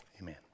Amen